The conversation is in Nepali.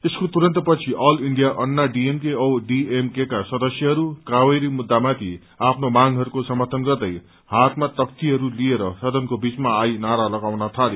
यसको तुरन्तपछि अल इण्डिया अन्ना डीएमके औ डरएमकेका सदस्यहरू कावेरी मुद्धमाथि आफ्नो मांगहरूको समर्थन गर्दै हातमा तख्तीहरू लिएर सदनको बीचमा आई नारा लगाउन थाले